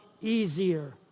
easier